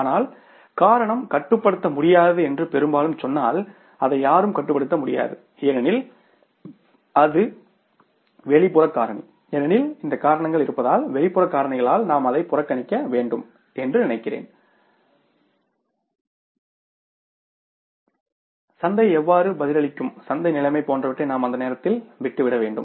ஆனால் காரணம் கட்டுப்படுத்த முடியாதது என்று பெரும்பாலும் சொன்னால் அதை யாரும் கட்டுப்படுத்த முடியாது ஏனெனில் வெளிப்புற காரணி ஏனெனில் இந்த காரணங்கள் இருப்பதால் வெளிப்புற காரணிகளால் நாம் அதை புறக்கணிக்க வேண்டும் என்று நினைக்கிறேன் சந்தை எவ்வாறு பதிலளிக்கும் சந்தை நிலைமை போன்றவற்றை நாம் அந்த நேரத்தில் விட்டுவிட வேண்டும்